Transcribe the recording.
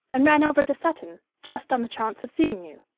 and ran over to sutton just on the chance of seeing you.